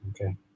Okay